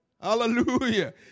Hallelujah